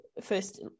first